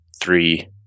three